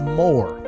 more